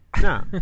No